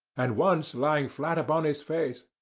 and once lying flat upon his face.